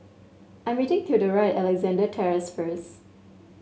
I am meeting Theodora at Alexandra Terrace first